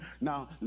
Now